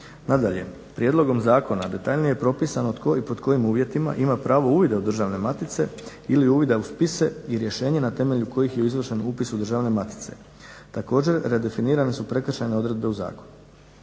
Nadalje, prijedlogom zakona detaljnije je propisano tko i pod kojim uvjetima ima pravo uvida u državne matice ili uvida u spise i rješenje na temelju kojih je izvršen upis u državne matice. Također, redefinirane su prekršajne odredbe u zakonu.